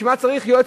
בשביל מה צריך יועץ,